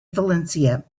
valencia